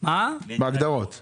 בהגדרות כן.